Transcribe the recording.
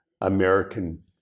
American